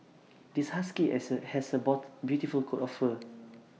this husky has A beautiful coat of fur